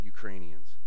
Ukrainians